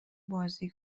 بازی